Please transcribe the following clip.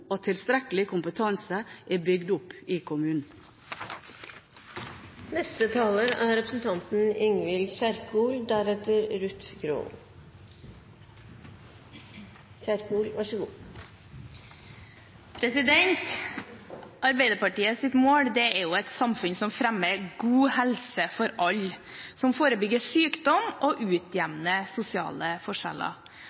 og tilstrekkelig kompetanse er bygd opp i kommunene. Arbeiderpartiets mål er et samfunn som fremmer god helse for alle, som forebygger sykdom, og som utjevner sosiale forskjeller. For Arbeiderpartiet er målsettingen at de som trenger helsetjenestene, skal oppleve dem som tilgjengelige, trygge, helhetlige og